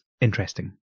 interesting